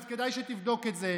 אז כדאי שתבדוק את זה.